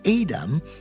Adam